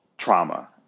trauma